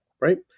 right